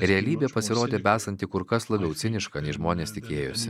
realybė pasirodė besanti kur kas labiau ciniška nei žmonės tikėjosi